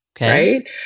right